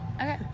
okay